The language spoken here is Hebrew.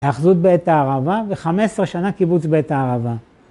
האחזות בעת הערבה ו-15 שנה קיבוץ בית הערבה.